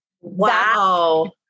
Wow